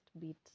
bit